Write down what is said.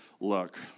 Look